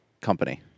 company